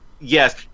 Yes